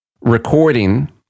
recording